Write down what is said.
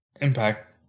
Impact